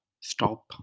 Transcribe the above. stop